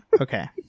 Okay